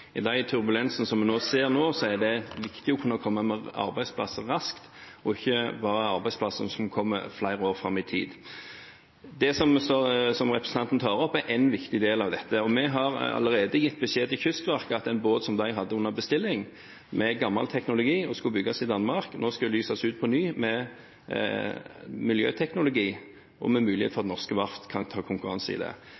I de turbulente tidene som vi ser nå, er det viktig å komme med arbeidsplasser raskt – ikke bare tenke på arbeidsplasser som kommer flere år fram i tid. Det som representanten tar opp, er én viktig del av dette. Vi har allerede gitt beskjed til Kystverket om at en båt som de hadde under bestilling med gammel teknologi, og som skulle bygges i Danmark, nå skal lyses ut på ny, med miljøteknologi, og med mulighet for